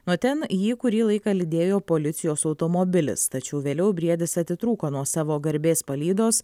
nuo ten jį kurį laiką lydėjo policijos automobilis tačiau vėliau briedis atitrūko nuo savo garbės palydos